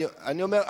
אני אומר,